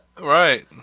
right